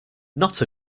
not